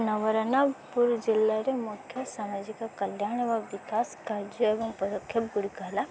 ନବରଙ୍ଗପୁର ଜିଲ୍ଲାରେ ମୁଖ୍ୟ ସାମାଜିକ କଲ୍ୟାଣ ବା ବିକାଶ କାର୍ଯ୍ୟ ଏବଂ ପଦକ୍ଷେପ ଗୁଡ଼ିକ ହେଲା